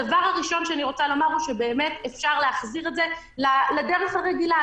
הדבר הראשון שאני רוצה לומר הוא שבאמת אפשר להחזיר את זה לדרך הרגילה.